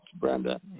Brenda